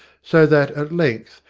so that at length,